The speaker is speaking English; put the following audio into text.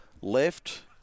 left